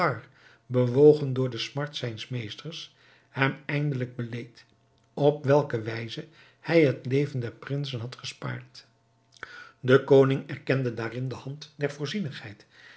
bewogen door de smart zijns meesters hem eindelijk beleed op welke wijze hij het leven der prinsen had gespaard de koning erkende daarin de hand der